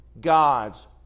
God's